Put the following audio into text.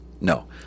no